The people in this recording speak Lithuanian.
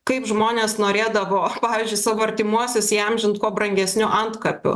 kaip žmonės norėdavo pavyzdžiui savo artimuosius įamžint kuo brangesniu antkapiu